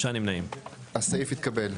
הצבעה בעד 4 נמנעים 3 אושר.